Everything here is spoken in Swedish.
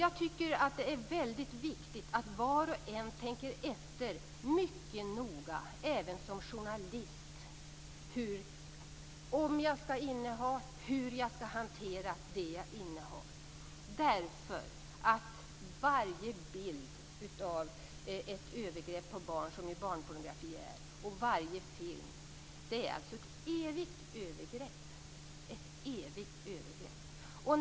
Jag tycker att det är väldigt viktigt att var och en, även journalister, tänker efter mycket noga om man skall inneha och hur man skall hantera det man innehar. Varje bild och varje film av ett övergrepp på barn, vilket ju barnpornografi är, är nämligen ett evigt övergrepp.